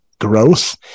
growth